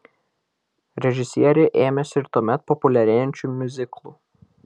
režisierė ėmėsi ir tuomet populiarėjančių miuziklų